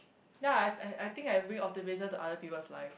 ya I I think I bring optimism to other people's life